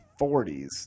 40s